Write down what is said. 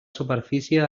superfície